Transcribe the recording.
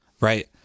Right